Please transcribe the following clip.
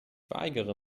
weigere